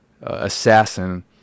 assassin